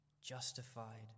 justified